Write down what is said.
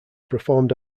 performed